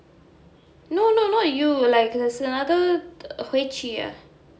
no no not you like there's another uh